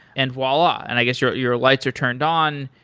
and voila, and i guess your your lights are turned on.